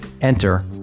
Enter